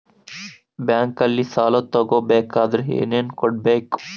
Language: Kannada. ಬ್ಯಾಂಕಲ್ಲಿ ಸಾಲ ತಗೋ ಬೇಕಾದರೆ ಏನೇನು ಕೊಡಬೇಕು?